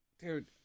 dude